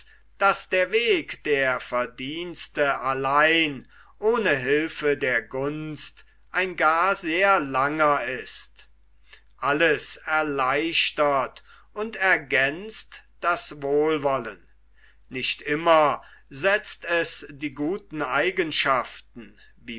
daß der weg der verdienste allein ohne hülfe der gunst ein gar sehr langer ist alles erleichtert und ergänzt das wohlwollen nicht immer setzt es die guten eigenschaften